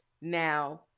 now